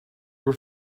were